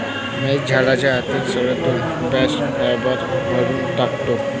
महेश झाडाच्या आतील सालीतून बास्ट फायबर काढून टाकतो